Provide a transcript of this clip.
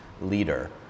leader